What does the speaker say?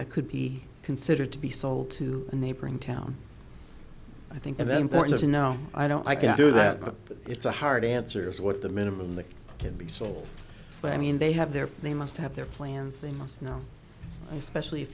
that could be considered to be sold to a neighboring town i think and then point to no i don't i can't do that but it's a hard answer is what the minimum that can be sold i mean they have their they must have their plans they must know especially if